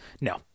No